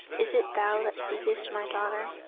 is it thou that seekest my daughter?